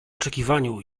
oczekiwaniu